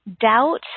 Doubt